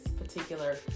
particular